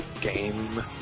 game